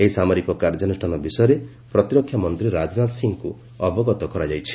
ଏହି ସାମରିକ କାର୍ଯ୍ୟାନୁଷ୍ଠାନ ବିଷୟରେ ପ୍ରତିରକ୍ଷାମନ୍ତ୍ରୀ ରାଜନାଥ ସିଂଙ୍କୁ ଅବଗତ କରାଯାଇଛି